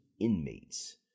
inmates